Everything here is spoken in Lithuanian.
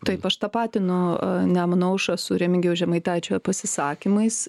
taip aš tapatinu nemuno aušrą su remigijaus žemaitaičio pasisakymais